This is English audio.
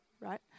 right